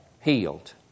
healed